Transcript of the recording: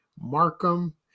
Markham